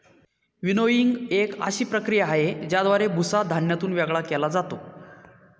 winnowing एक अशी प्रक्रिया आहे, ज्याद्वारे भुसा धान्यातून वेगळा केला जातो